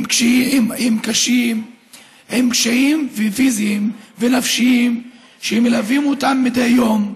עם קשיים פיזיים ונפשיים שמלווים אותם מדי יום,